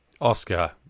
Oscar